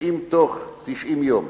שאם תוך 90 יום